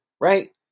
right